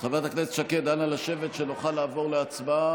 חברת הכנסת שקד, נא לשבת, כדי שנוכל לעבור להצבעה.